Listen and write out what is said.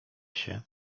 się